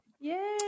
Yay